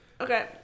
Okay